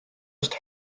ist